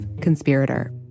conspirator